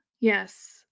yes